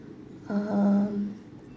um